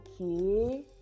okay